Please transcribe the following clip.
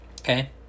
okay